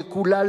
יקולל.